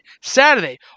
Saturday